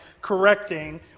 correcting